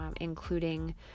including